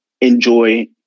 enjoy